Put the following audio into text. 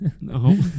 No